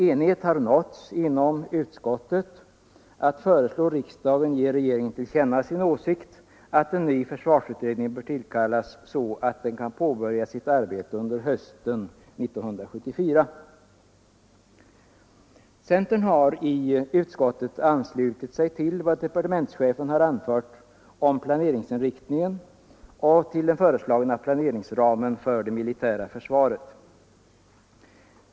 Enighet har nåtts inom utskottet om att föreslå riksdagen att ge regeringen till känna sin åsikt att en ny försvarsutredning bör tillkallas, så att den kan påbörja sitt arbete under hösten 1974. Centern har i utskottet anslutit sig till vad departementschefen har anfört om planeringsinriktningen och den föreslagna planeringsramen för det militära försvaret.